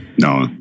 No